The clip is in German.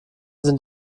sind